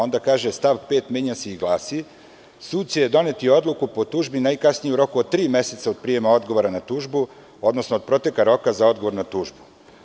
Ona kaže – stav 5. menja se i glasi – „Sud će doneti odluku po tužbi najkasnije u roku od tri meseca od prijema odgovora na tužbu, odnosno od proteka roka za odgovor na tužbu“